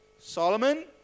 Solomon